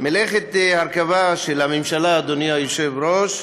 מלאכת ההרכבה של הממשלה, אדוני היושב-ראש,